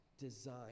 design